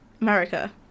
America